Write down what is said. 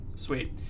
Sweet